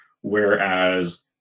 Whereas